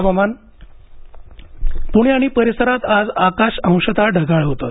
हवामान प्णे आणि परिसरात आज आकाश अंशत ढगाळ होतं